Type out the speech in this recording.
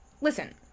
listen